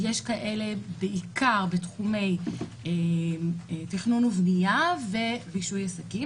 יש כאלה בעיקר בתחומי תכנון ובנייה ורישוי עסקים;